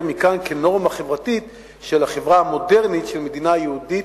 מכאן כנורמה חברתית של החברה המודרנית של מדינה יהודית,